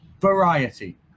variety